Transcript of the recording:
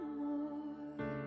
more